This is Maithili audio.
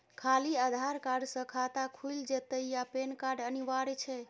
खाली आधार कार्ड स खाता खुईल जेतै या पेन कार्ड अनिवार्य छै?